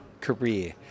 career